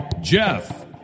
Jeff